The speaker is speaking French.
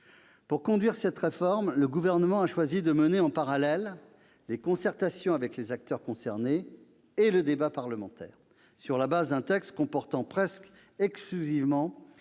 Pour conduire cette réforme, le Gouvernement a choisi de mener en parallèle les concertations avec les acteurs concernés et le débat parlementaire, sur le fondement d'un texte comportant presque exclusivement